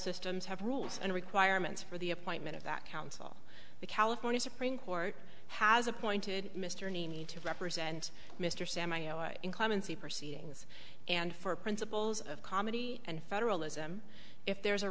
systems have rules and requirements for the appointment of that counsel the california supreme court has appointed mr need to represent mr sam iowa in clemency proceedings and for principles of comedy and federalism if there is a